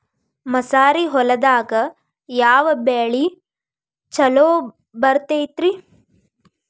ಮಸಾರಿ ಹೊಲದಾಗ ಯಾವ ಬೆಳಿ ಛಲೋ ಬರತೈತ್ರೇ?